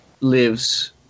lives